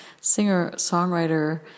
singer-songwriter